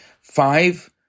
five